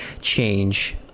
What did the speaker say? change